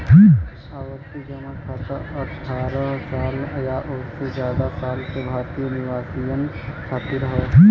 आवर्ती जमा खाता अठ्ठारह साल या ओसे जादा साल के भारतीय निवासियन खातिर हौ